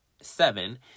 seven